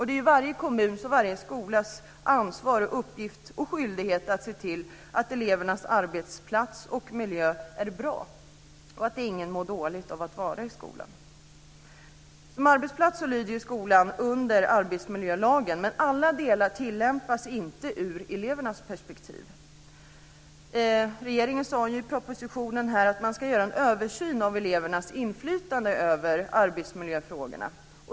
Det är varje kommuns och varje skolas ansvar, uppgift och skyldighet att se till att elevernas arbetsplats och miljö är bra och att ingen mår dåligt av att vara i skolan. Som arbetsplats lyder skolan under arbetsmiljölagen, men alla delar av denna tillämpas inte ur elevernas perspektiv. Regeringen skrev i propositionen att det ska göras en översyn av elevernas inflytande över arbetsmiljöfrågorna.